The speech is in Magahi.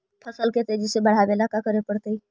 फसल के तेजी से बढ़ावेला का करे पड़तई?